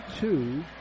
two